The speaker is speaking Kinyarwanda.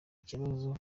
ikibazo